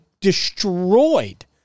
destroyed